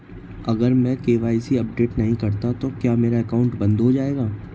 अगर मैं KYC update नहीं करता तो क्या मेरा अकाउंट बंद हो जाएगा?